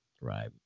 right